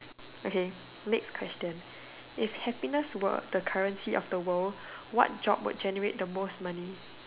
okay next question if happiness were the currency of the world what job would generate the most money